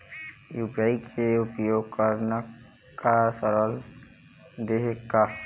UPI के उपयोग करना का सरल देहें का?